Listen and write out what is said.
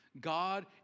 God